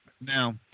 Now